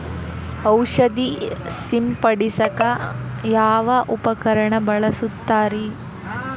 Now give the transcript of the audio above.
ಔಷಧಿ ಸಿಂಪಡಿಸಕ ಯಾವ ಉಪಕರಣ ಬಳಸುತ್ತಾರಿ?